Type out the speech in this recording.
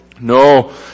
No